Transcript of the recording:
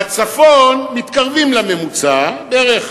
בצפון מתקרבים לממוצע, בערך,